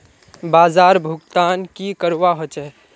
बाजार भुगतान की करवा होचे?